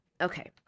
Okay